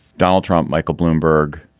donald trump, michael bloomberg,